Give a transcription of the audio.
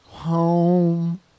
home